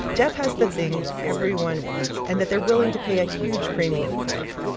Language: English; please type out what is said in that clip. jeff has the thing everyone wants and that they're willing to pay a huge premium for.